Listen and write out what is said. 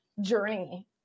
journey